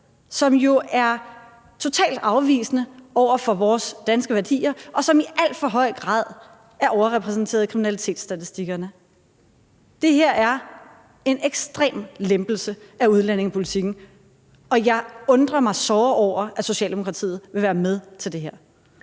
som jo er totalt afvisende over for vores danske værdier, og som i alt for høj grad er overrepræsenteret i kriminalitetsstatistikkerne. Det her er en ekstrem lempelse af udlændingepolitikken, og jeg undrer mig såre over, at Socialdemokratiet vil være med til det her.